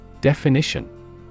Definition